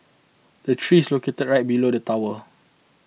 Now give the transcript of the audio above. the tree is located right below the tower